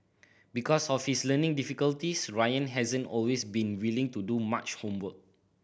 because of his learning difficulties Ryan hasn't always been willing to do much homework